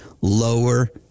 lower